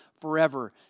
forever